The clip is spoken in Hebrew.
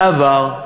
"בעבר,